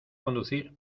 conducir